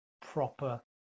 proper